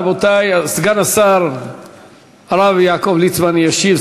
רבותי, סגן שר הבריאות הרב יעקב ליצמן ישיב.